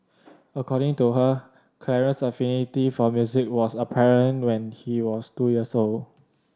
according to her Clarence's affinity for music was apparent when he was two years old